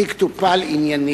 התיק טופל עניינית,